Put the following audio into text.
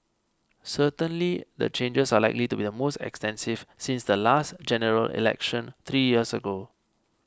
certainly the changes are likely to be the most extensive since the last General Election three years ago